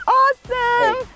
awesome